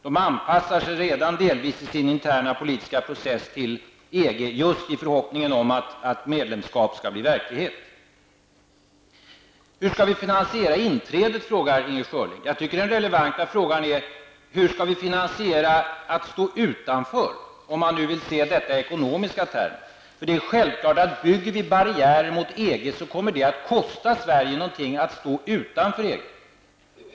De anpassar sig redan delvis i sin interna politiska process till EG, just i förhoppningen om att medlemskapet skall bli verklighet. Hur skall vi finansiera inträdet? frågar Inger Schörling. Om man nu vill se detta i ekonomiska termer, tycker jag att den relevanta frågan är: Hur skall vi finansiera att stå utanför? Det är självklart att bygger vi barriärer mot EG, så kommer det att kosta Sverige någonting att stå utanför.